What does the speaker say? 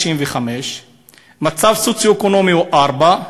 25,295, המצב הסוציו-אקונומי הוא 4,